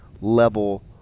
level